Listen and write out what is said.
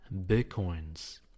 bitcoins